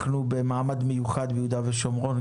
אנחנו במעמד מיוחד ביהודה ושומרון,